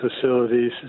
facilities